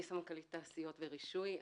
אני סמנכ"לית תעשיות ורישוי.